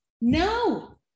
No